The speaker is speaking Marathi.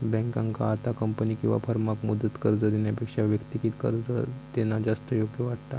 बँकेंका आता कंपनी किंवा फर्माक मुदत कर्ज देण्यापेक्षा व्यक्तिगत कर्ज देणा जास्त योग्य वाटता